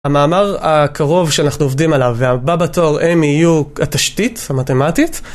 המאמר הקרוב שאנחנו עובדים עליו והבא בתור הם יהיו התשתית המתמטית